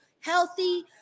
healthy